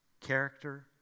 character